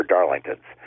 Darlingtons